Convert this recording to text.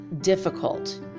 difficult